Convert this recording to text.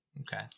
Okay